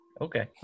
Okay